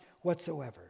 whatsoever